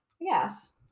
yes